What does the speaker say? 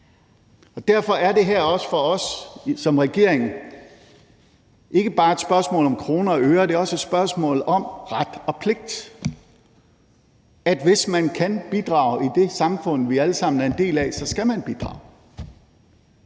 Derfor er det her også for os som regering ikke bare et spørgsmål om kroner og øre. Det er også et spørgsmål om ret og pligt; at hvis man kan bidrage i det samfund, vi alle sammen er en del af, så skal man bidrage.